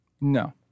No